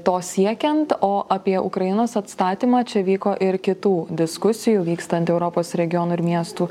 to siekiant o apie ukrainos atstatymą čia vyko ir kitų diskusijų vykstant europos regionų ir miestų